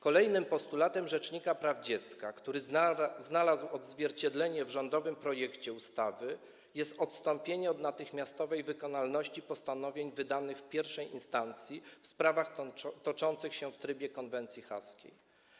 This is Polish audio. Kolejnym postulatem rzecznika praw dziecka, który znalazł odzwierciedlenie w rządowym projekcie ustawy, jest odstąpienie od natychmiastowej wykonalności postanowień wydanych w I instancji w sprawach toczących się w trybie konwencji haskiej.